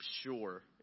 sure